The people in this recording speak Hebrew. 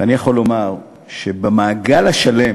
ואני יכול לומר שבמעגל השלם